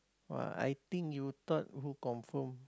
!wah! I think you thought who confirm